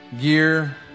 Gear